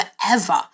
forever